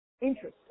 Interesting